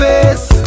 Face